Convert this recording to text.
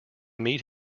meet